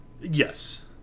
Yes